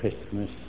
Christmas